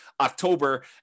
October